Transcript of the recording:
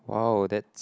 !wow! that's